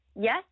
Yes